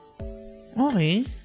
Okay